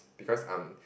because I'm